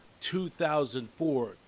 2004